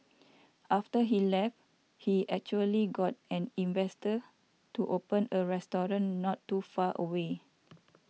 after he left he actually got an investor to open a restaurant not too far away